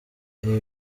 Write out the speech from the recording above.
reba